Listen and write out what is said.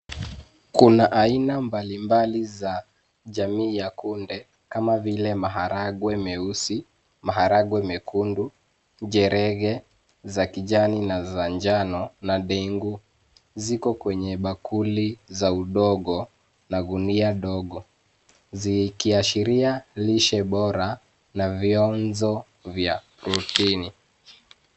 Kuna aina mbalimbali za jamii ya kunde kama vile maharagwe meusi, maharagwe mekundu, njerege za kijani na za njano na ndengu. Ziko kwenye bakuli za udongo na gunia ndogo; zikiashiria lishe bora na vianzo vya proteni.